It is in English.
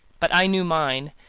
but i knew mine,